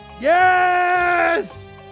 Yes